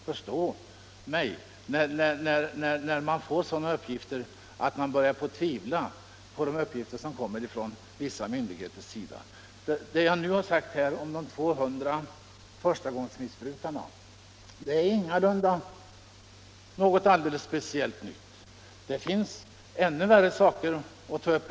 Förstå mig att jag då börjar tvivla på de uppgifter som kommer från vissa myndigheter. Det jag nyss sade om de 200 förstagångsmissbrukarna är inte någonting alldeles speciellt. Det finns ännu värre saker att ta upp.